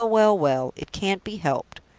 well, well, well it can't be helped.